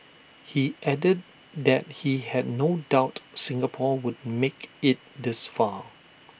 he added that he had no doubt Singapore would make IT this far